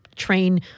train